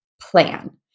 plan